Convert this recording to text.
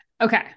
Okay